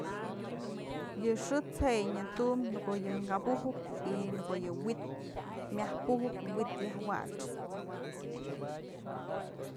Yë xë'ët's je yë nya tum ko'o yë këbujëp y në ko'o yë wi'it pujëp, wi'it yaj wach.